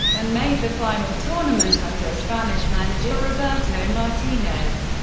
and made the final tournament under spanish manager roberto martinez,